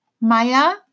Maya